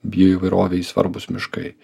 bioįvairovei svarbūs miškai